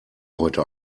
heute